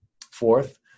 Fourth